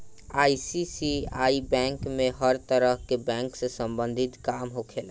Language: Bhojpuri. आई.सी.आइ.सी.आइ बैंक में हर तरह के बैंक से सम्बंधित काम होखेला